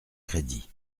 crédit